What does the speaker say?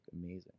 amazing